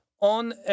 on